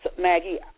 Maggie